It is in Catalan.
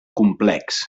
complex